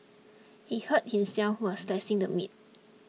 he hurt himself while slicing the meat